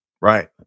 right